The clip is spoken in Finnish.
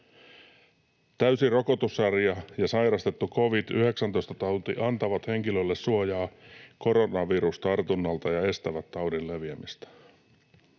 Täysi rokotussarja ja sairastettu covid-19‑tauti antavat henkilölle suojaa koronavirustartunnalta ja estävät taudin leviämistä.”